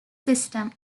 system